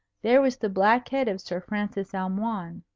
there was the black head of sir francis almoign.